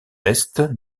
est